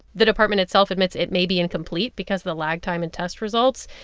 the department itself admits it may be incomplete because the lag time in test results.